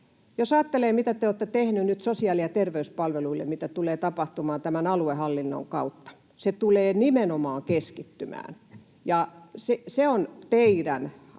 Jos ajattelee, mitä te olette tehneet nyt sosiaali- ja terveyspalveluille, mitä tulee tapahtumaan aluehallinnon kautta, niin se tulee nimenomaan keskittymään. Te olette sitä